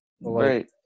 Right